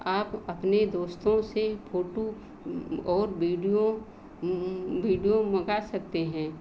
आप अपने दोस्तों से फोटो और वीडियो वीडियो मंगा सकते हैं